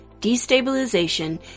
destabilization